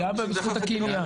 פגיעה בזכות הקניין.